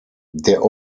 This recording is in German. der